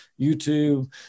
YouTube